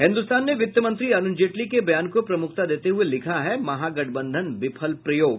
हिन्द्रस्तान ने वित्त मंत्री अरूण जेटली के बयान को प्रमुखता देते हए लिखा है महागठबंधन विफल प्रयोग